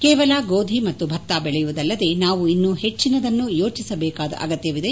ಕೇವಲ ಗೋಧಿ ಮತ್ತು ಭತ್ತ ಬೆಳೆಯುವುದಲ್ಲದೇ ನಾವು ಇನ್ನೂ ಹೆಚ್ಚಿನದನ್ನು ಯೋಚಿಸಬೇಕಾದ ಅಗತ್ಯವಿದೆ